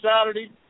Saturday